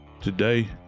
Today